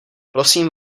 prosím